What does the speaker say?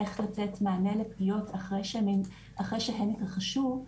איך לתת מענה לפגיעות אחרי שהן התרחשו.